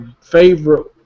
favorite